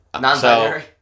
Non-binary